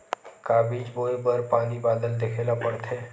का बीज बोय बर पानी बादल देखेला पड़थे?